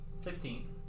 Fifteen